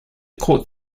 court